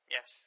Yes